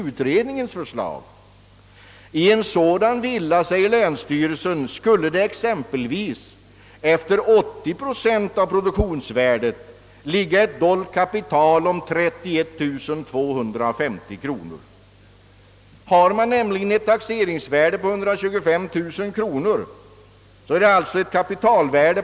Enligt tumregeln vid fastighetstaxeringen att taxeringsvärdet för en nybyggd villa sätts till 80 2 av produktionskostnaden blir detta kapital 31250 kr. i en nybyggd fastighet med 125 000 kr. taxeringsvärde.